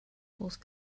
force